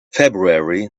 february